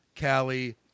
Callie